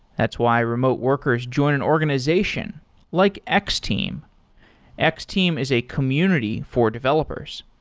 that's why remote workers join an organization like x-team. x-team is a community for developers.